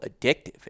addictive